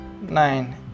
nine